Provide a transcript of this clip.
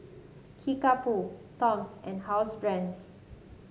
Kickapoo Toms and Housebrands